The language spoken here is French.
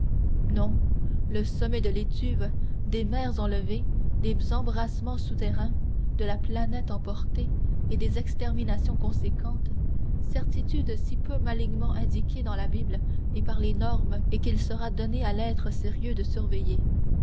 non le sommet de l'étuve des mers enlevées des embrasements souterrains de la planète emportée et des exterminations conséquentes certitudes si peu malignement indiquées dans la bible et par les nornes et qu'il sera donné à l'être sérieux de surveiller